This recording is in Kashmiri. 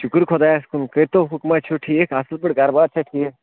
شُکُر خۄدایس کُن کٔرۍتو حُکما چھُو ٹھیٖک اَصٕل پٲٹھۍ گَرٕبار چھےٚ ٹھیٖک